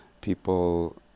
People